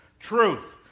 Truth